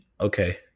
okay